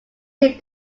see